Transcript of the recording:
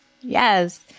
Yes